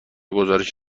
گزارش